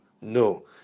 no